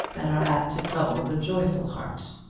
that are apt to trouble the joyful heart.